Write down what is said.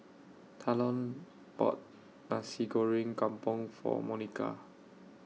Talon bought Nasi Goreng Kampung For Monika